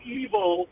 evil